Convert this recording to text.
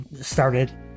started